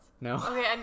No